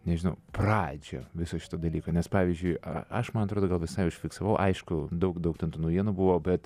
nežinau pradžią viso šito dalyko nes pavyzdžiui a aš man atrodo gal visai užfiksavau aišku daug daug ten tų naujienų buvo bet